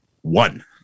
One